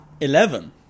Eleven